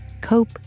Cope